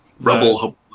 Rubble